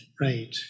Right